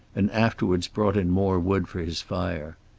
and afterwards brought in more wood for his fire.